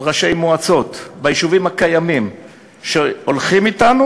ראשי מועצות ביישובים הקיימים שהולכים אתנו.